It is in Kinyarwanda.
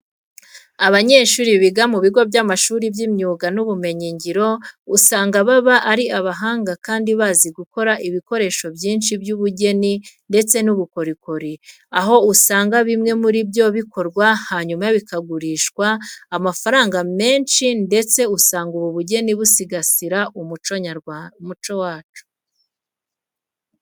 Abanyeshuri biga mu bigo by'amashuri by'imyuga n'ubumenyingiro usanga baba ari abahanga kandi bazi gukora ibikoresho byinshi by'ubugeni ndetse n'ubukorikori, aho usanga bimwe muri byo bikorwa hanyuma bikagurishwa amafaranga menshi ndetse usanga ubu bugeni busigasira umuco wacu.